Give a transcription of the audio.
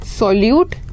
solute